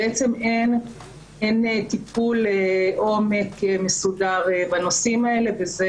בעצם אין טיפול עומק מסודר בנושאים האלה וזה